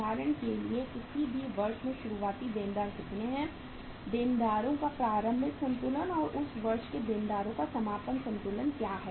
उदाहरण के लिए किसी भी वर्ष में शुरुआती देनदार कितने थे देनदारों का प्रारंभिक संतुलन और उस वर्ष के देनदारों का समापन संतुलन क्या था